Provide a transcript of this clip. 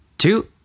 Two